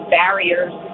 barriers